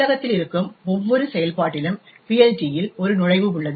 நூலகத்தில் இருக்கும் ஒவ்வொரு செயல்பாட்டிலும் PLT இல் ஒரு நுழைவு உள்ளது